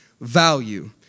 value